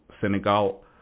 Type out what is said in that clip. Senegal